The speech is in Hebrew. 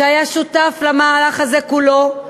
שהיה שותף למהלך הזה כולו,